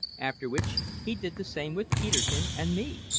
after which he did the same with peterkin and me!